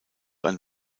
ein